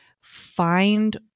find